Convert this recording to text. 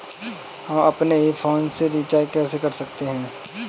हम अपने ही फोन से रिचार्ज कैसे कर सकते हैं?